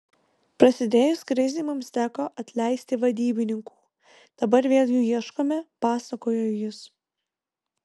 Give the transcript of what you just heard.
prasidėjus krizei mums teko atleisti vadybininkų dabar vėl jų ieškome pasakojo jis